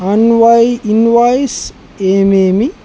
అన్వాయి invoice ఏమేమి